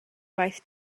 waith